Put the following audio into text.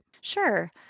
Sure